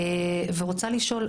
ורוצה לשאול,